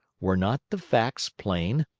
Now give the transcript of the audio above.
were not the facts plain?